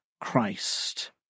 Christ